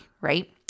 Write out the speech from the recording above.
right